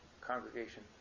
congregation